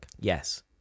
Yes